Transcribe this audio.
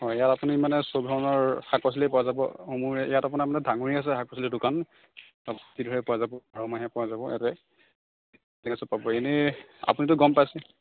হয় ইয়াত আপুনি মানে সব ধৰণৰ শাক পাচলিয়ে পোৱা যাব অ মোৰ ইয়াত আপোনাৰ মানে আছে শাক পাচলিৰ দোকান পোৱা যাব বাৰমাহে পোৱা যাব ইয়াতে ইনে আপুনিতো গম পাইছেই